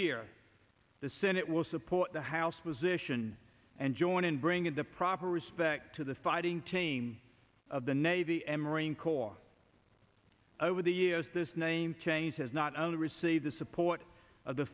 year the senate will support the house position and join in bringing the proper respect to the fighting team of the navy and marine corps over the years this name change has not only receive the support of the